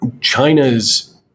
china's